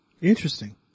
Interesting